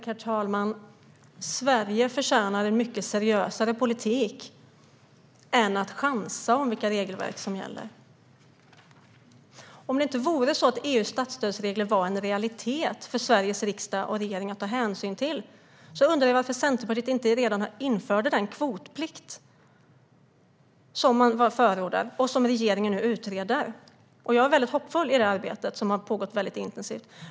Herr talman! Sverige förtjänar en mycket seriösare politik än att chansa på vilka regelverk som gäller. Om inte EU:s statsstödsregler har varit en realitet för Sveriges riksdag och regering att ta hänsyn till, varför har då inte Centerpartiet redan infört den kvotplikt som man förordar och som regeringen nu utreder? Jag är hoppfull när det gäller detta arbete, som har pågått intensivt.